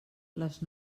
les